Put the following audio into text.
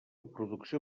producció